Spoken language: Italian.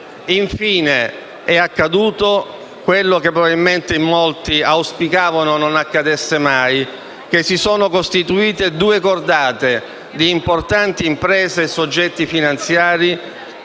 Infine, è accaduto quello che probabilmente in molti auspicavano non accadesse mai: si sono costituite due cordate di importanti imprese e soggetti finanziari,